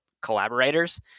collaborators